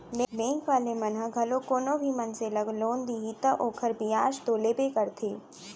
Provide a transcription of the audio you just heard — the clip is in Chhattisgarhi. बेंक वाले मन ह घलोक कोनो भी मनसे ल लोन दिही त ओखर बियाज तो लेबे करथे